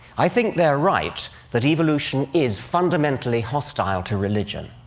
i think they're right that evolution is fundamentally hostile to religion.